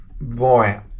Boy